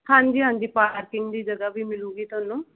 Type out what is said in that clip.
ਹਾਂਜੀ ਹਾਂਜੀ ਪਾਰਕਿੰਗ ਦੀ ਜਗ੍ਹਾ ਵੀ ਮਿਲੂਗੀ ਤੁਹਾਨੂੰ